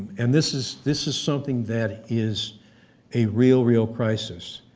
and this is this is something that is a real, real crisis.